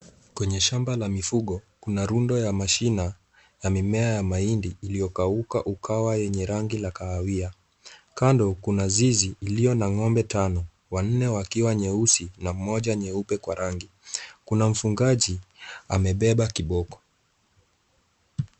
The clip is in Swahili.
Kwenye shamba la mifugo, Kuna rundo ya mashina ya mimea ya mahindi iliyo kauka ukawa yenye rangi ya kahawia. Kando kuna zizi iliyo na ng'ombe tano. Wanne wakiwa nyeusi na mmoja nyeupe kwa rangi. Kuna mfugaji amebeba kiboko.